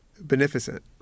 beneficent